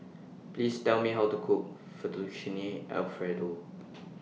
Please Tell Me How to Cook Fettuccine Alfredo